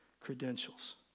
credentials